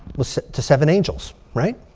with to seven angels, right?